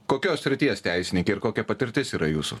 kokios srities teisininkė ir kokia patirtis yra jūsų